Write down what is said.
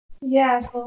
Yes